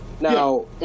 Now